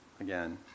again